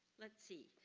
let's see.